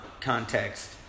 context